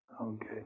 Okay